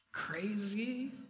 Crazy